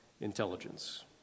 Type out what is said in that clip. intelligence